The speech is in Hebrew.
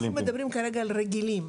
אנחנו מדברים כרגע על רגילים.